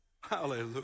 Hallelujah